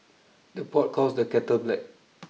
the pot calls the kettle black